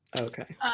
Okay